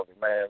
man